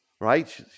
right